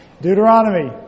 Deuteronomy